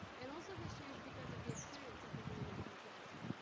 and also has changed because of the experience of living in a different place.